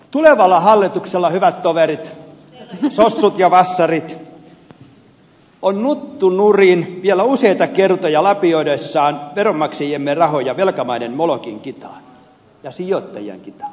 tulevalla hallituksella hyvät toverit sossut ja vassarit on nuttu nurin vielä useita kertoja sen lapioidessa veronmaksajiemme rahoja velkamaiden molokin kitaan ja sijoittajien kitaan